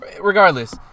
Regardless